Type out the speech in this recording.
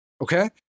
Okay